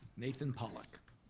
nathan pollock.